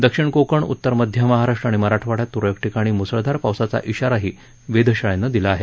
दक्षिण कोकण उत्तर मध्य महाराष्ट्र आणि मराठवाडयात त्रळक ठिकाणी म्सळधार पावसाचा इशाराही वेधशाळेनं दिला आहे